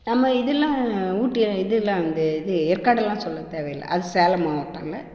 நம்ம இதெலாம் ஊட்டி இதெலாம் வந்து இது ஏற்காடுலாம் சொல்ல தேவையில்லை அது சேலம் மாவட்டல்ல